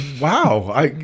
Wow